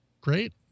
Great